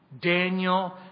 Daniel